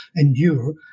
endure